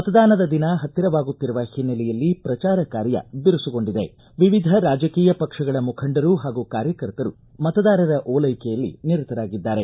ಮತದಾನದ ದಿನ ಹತ್ತಿರವಾಗುತ್ತಿರುವ ಹಿನ್ನೆಲೆಯಲ್ಲಿ ಪ್ರಚಾರ ಕಾರ್ಯ ಬಿರುಸುಗೊಂಡಿದೆ ವಿವಿಧ ರಾಜಕೀಯ ಪಕ್ಷಗಳ ಮುಖಂಡರು ಹಾಗೂ ಕಾರ್ಯಕರ್ತರು ಮತದಾರರ ಓಲೈಕೆಯಲ್ಲಿ ನಿರತರಾಗಿದ್ದಾರೆ